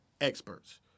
experts